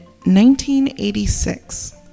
1986